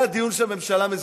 נצטרך להפסיק את הדיון, שגם זה,